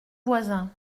voisins